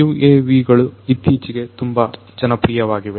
UAV ಗಳು ಇತ್ತೀಚಿಗೆ ತುಂಬಾ ಜನಪ್ರಿಯವಾಗಿವೆ